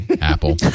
Apple